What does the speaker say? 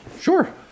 Sure